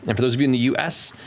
and for those of you in the us,